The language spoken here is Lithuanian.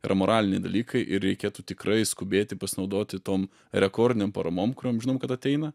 yra moraliniai dalykai ir reikėtų tikrai skubėti pasinaudoti tom rekordinėm paramom kuriom žinom kad ateina